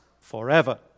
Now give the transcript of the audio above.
forever